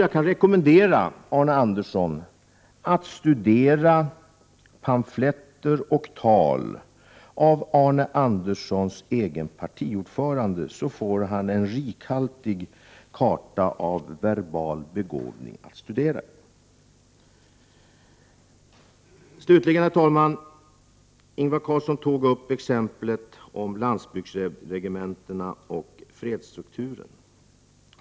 Jag kan rekommendera Arne Andersson att studera pamfletter för RS Stära för: Svaret, m.m. och tal av Arne Anderssons partiordförande, så får han en rikhaltig karta av verbal begåvning att studera. Ingvar Karlsson i Bengtsfors tog upp exemplet om lantbygdsregementen och fredsstrukturen.